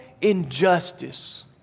injustice